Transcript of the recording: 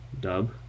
Dub